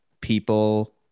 people